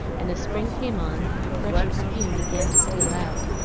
and as spring came on the fresh perfume began to steal out,